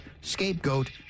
scapegoat